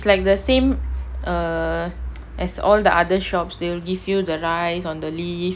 is like the same err as all the other shops they will give you the rice or the leaf